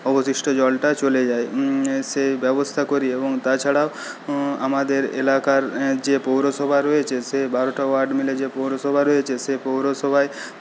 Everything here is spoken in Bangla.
অবশিষ্ট জলটা চলে যায় সেই ব্যবস্থা করি এবং তাছাড়াও আমাদের এলাকার যে পৌরসভা রয়েছে সে বারোটা ওয়ার্ড মিলে যে পৌরসভা রয়েছে সেই পৌরসভায়